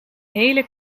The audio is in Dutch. hele